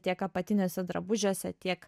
tiek apatiniuose drabužiuose tiek